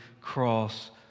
cross